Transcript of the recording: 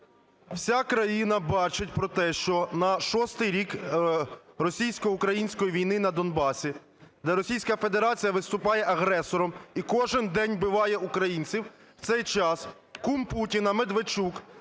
Вся країна бачить про те, що на шостий рік російсько-української війни на Донбасі, де Російська Федерація виступає агресором і кожен день вбиває українців, в цей час кум Путіна Медведчук